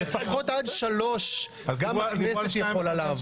לפחות עד 15:00 הכנסת יכולה לעבוד.